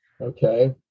Okay